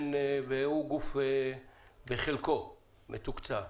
הוא גוף בחלקו מתוקצב,